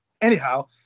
anyhow